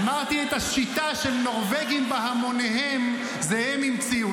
אמרתי שאת השיטה של הנורבגים בהמוניהם זה הם המציאו,